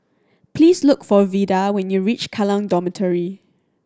please look for Vida when you reach Kallang Dormitory